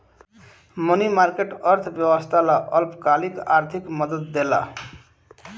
मनी market, अर्थव्यवस्था ला अल्पकालिक आर्थिक मदद देला